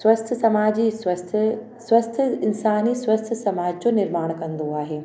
स्वस्थ समाज जी स्वस्थ स्वस्थ इंसान ई स्वस्थ समाज जो निर्माण कंदो आहे